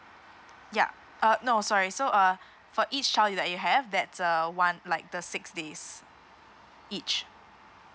yup uh no sorry so uh for each child that you have that's uh one like the six days each